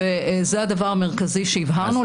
זה הדבר המרכזי שהבהרנו.